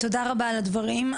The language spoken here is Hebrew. תודה רבה על הדברים.